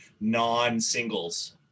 non-singles